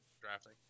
drafting